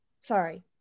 sorry